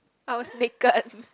I was naked